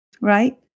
right